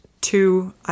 two